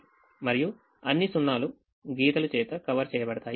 మరియు అన్ని 0 లు గీతలు చేత కవర్ చేయబడతాయి